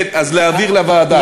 כן, אז להעביר לוועדה.